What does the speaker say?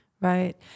Right